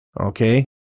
okay